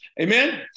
Amen